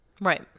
Right